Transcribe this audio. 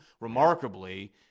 remarkably